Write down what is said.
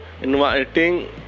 inviting